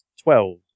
twelve